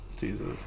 Jesus